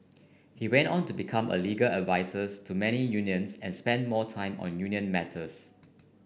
he went on to become a legal advisors to many unions and spent more time on union matters